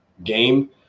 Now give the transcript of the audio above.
game